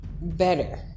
better